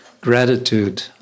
gratitude